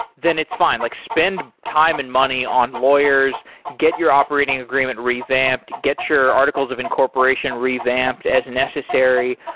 then it's fine. like spend time and money on lawyers. get your operating agreement revamped. get your articles of incorporation revamped as necessary.